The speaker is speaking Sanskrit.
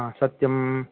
हा सत्यम्